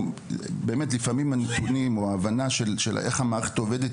לפעמים הנתונים או ההבנה של איך המערכת עובדת,